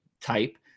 type